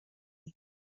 ich